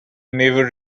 never